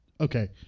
Okay